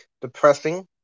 depressing